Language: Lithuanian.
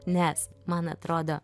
nes man atrodo